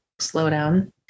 slowdown